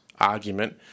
argument